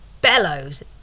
bellows